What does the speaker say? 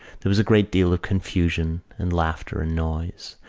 there was a great deal of confusion and laughter and noise,